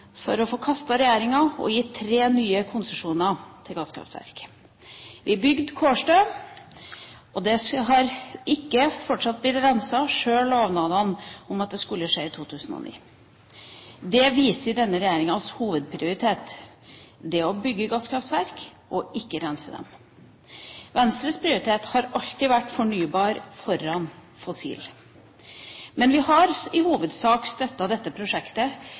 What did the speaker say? for å få kastet regjeringa og gi tre nye konsesjoner til gasskraftverk. Vi bygde Kårstø, og det har fortsatt ikke blitt rensing der til tross for lovnadene om at dette skulle skje i 2009. Det viser at denne regjeringas hovedprioritet er å bygge gasskraftverk og ikke ha rensing. Venstres prioritet har alltid vært fornybar energi foran fossil energi. Men vi har i hovedsak støttet dette prosjektet